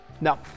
now